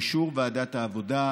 באישור ועדת העבודה,